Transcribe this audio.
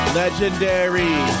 legendary